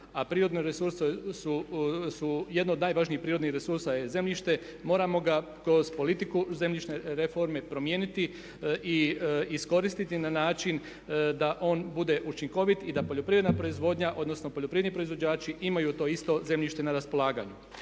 jedno od najvažnijih prirodnih resursa je zemljište, moramo ga kroz politiku zemljišne reforme promijeniti i iskoristiti na način da on bude učinkovit i da poljoprivredna proizvodnja odnosno poljoprivredni proizvođači imaju to isto zemljište na raspolaganju.